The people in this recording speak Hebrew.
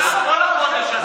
במהלך כל החודש הזה,